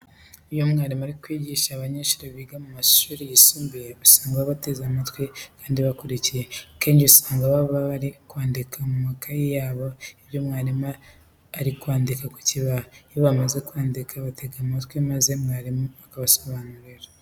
Iyo umwarimu ari kwigisha abanyeshuri biga mu mashuri yisumbuye, usanga baba bateze amatwi kandi bakurikiye. Akenshi usanga baba bari kwandika mu makayi yabo ibyo mwarimu ari kwandika ku kibaho. Iyo bamaze kwandika batega amatwi maze mwarimu akabasobanurira.